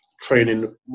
training